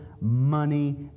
money